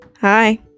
Hi